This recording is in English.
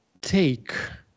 take